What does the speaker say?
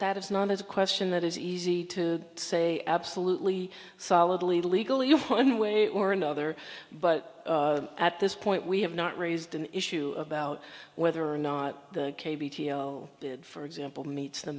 that is not is a question that is easy to say absolutely solidly legally one way or another but at this point we have not raised an issue about whether or not the bid for example meets the